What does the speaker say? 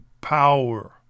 power